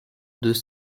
deux